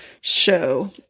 show